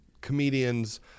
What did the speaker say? comedians